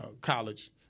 college